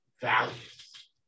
values